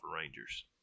rangers